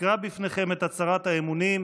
אקרא בפניכם את הצהרת האמונים,